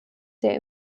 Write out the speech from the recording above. der